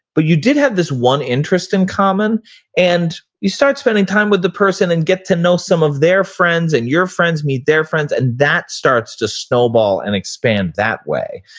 but you did have this one interest in common and you start spending time with the person and get to know some of their friends and your friends meet their friends and that starts to snowball and expand that way.